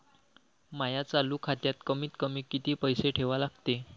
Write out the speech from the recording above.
माया चालू खात्यात कमीत कमी किती पैसे ठेवा लागते?